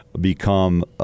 become